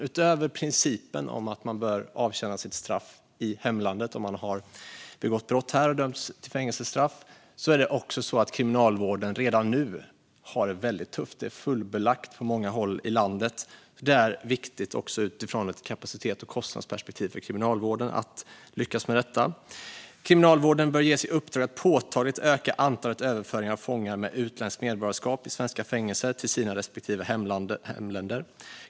Utöver principen att man bör avtjäna sitt straff i hemlandet om man har begått brott i Sverige och dömts till fängelsestraff har kriminalvården det redan nu tufft. Det är fullbelagt på många håll i landet. Det är också viktigt för kriminalvården att lyckas utifrån ett kapacitets och kostnadsperspektiv. Kriminalvården bör ges i uppdrag att påtagligt öka antalet överföringar av fångar med utländskt medborgarskap i svenska fängelser till deras respektive hemländer.